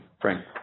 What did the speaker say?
Frank